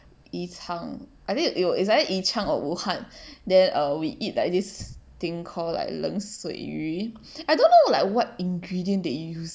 宜昌 I think it wa~ it's either 宜昌 or 武汉 then err we eat like this thing called like learn 冷水鱼 I don't know like what ingredient they use